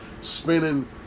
spinning